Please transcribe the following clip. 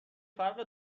فرق